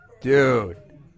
dude